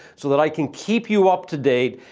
so that i can keep you up to date,